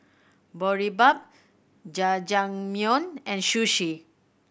Boribap Jajangmyeon and Sushi